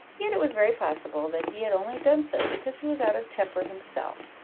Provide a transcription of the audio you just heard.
yet it was very possible that he had only done so because he was out of temper himself,